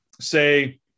say